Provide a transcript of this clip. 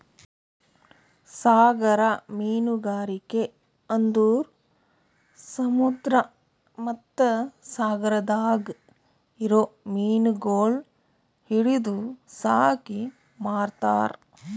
ಸಾಗರ ಮೀನುಗಾರಿಕೆ ಅಂದುರ್ ಸಮುದ್ರ ಮತ್ತ ಸಾಗರದಾಗ್ ಇರೊ ಮೀನಗೊಳ್ ಹಿಡಿದು ಸಾಕಿ ಮಾರ್ತಾರ್